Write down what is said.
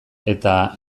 eta